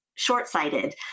short-sighted